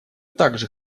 также